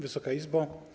Wysoka Izbo!